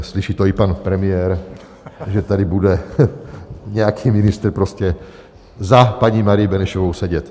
Slyší to i pan premiér, že tady bude nějaký ministr prostě za paní Marii Benešovou sedět.